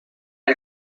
had